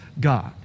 God